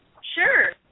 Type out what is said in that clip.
Sure